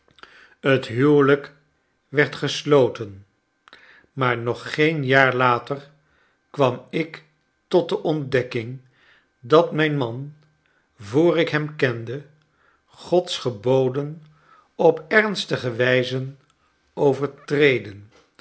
het huwelijk werd gesloten maar nog geen jaar later kwam ik tot de ontdekking dat mijn man voor ik hem kende god's geboden op ernstige wijze overtreden